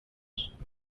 church